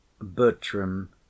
BERTRAM